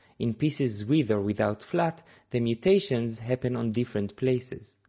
in pieces with or without flat the mutations happen on different places.